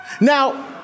Now